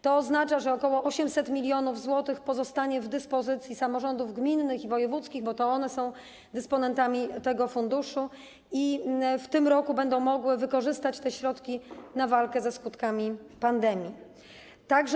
To oznacza, że ok. 800 mln zł pozostanie w dyspozycji samorządów gminnych i wojewódzkich, bo to one są dysponentami tego funduszu, i w tym roku będą one mogły wykorzystać te środki na walkę ze skutkami pandemii.